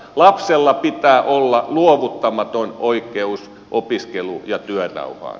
lapsella pitää olla luovuttamaton oikeus opiskelu ja työrauhaan